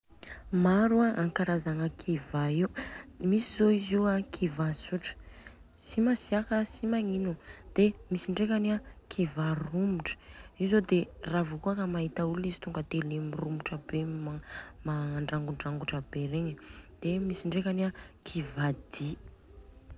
Maro a ankarazagna kiva io.